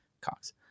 Cox